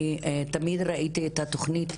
אני תמיד ראיתי את התוכנית,